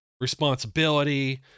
responsibility